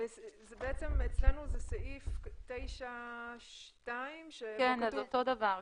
אצלנו זה סעיף 9(2). אותו דבר.